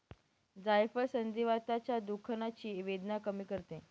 जायफळ संधिवाताच्या दुखण्याची वेदना कमी करते